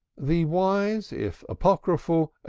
the wise, if apocryphal,